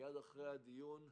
מייד אחרי הדיון הנוכחי,